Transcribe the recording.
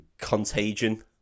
Contagion